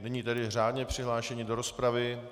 Nyní tedy řádně přihlášení do rozpravy.